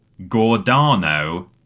Gordano